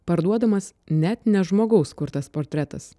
parduodamas net ne žmogaus kurtas portretas